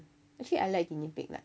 actually I like guinea pig like